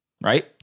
right